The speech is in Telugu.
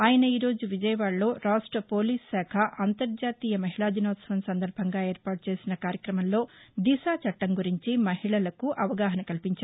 ఆయన ఈ రోజు విజయవాడలో రాష్ట పోలీస్ శాఖ అంతర్జాతీయ మహిళా దినోత్సవం సందర్బంగా ఏర్పాటు చేసిన కార్యక్రమంలో దిశా చట్టం గురించి మహిళలకు అవగాహన కల్పించారు